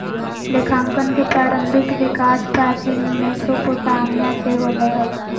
लेखांकन के प्रारंभिक विकास प्राचीन मेसोपोटामिया से होलय हल